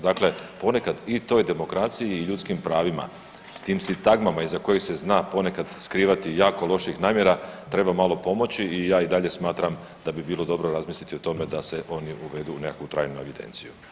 Dakle, ponekad i toj demokraciji i ljudskim pravima, tim sintagmama iza kojih se zna skrivati jako loših namjera treba malo pomoći i ja i dalje smatram da bi bilo dobro razmisliti o tome da se oni uvedu u nekakvu trajnu evidenciju.